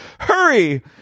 Hurry